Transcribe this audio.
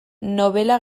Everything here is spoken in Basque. nobela